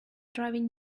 driving